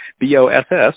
B-O-S-S